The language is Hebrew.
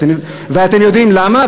ואתם יודעים למה?